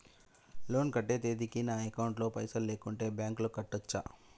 Loan కట్టే తేదీకి నా అకౌంట్ లో పైసలు లేకుంటే బ్యాంకులో కట్టచ్చా?